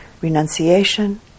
renunciation